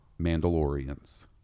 Mandalorians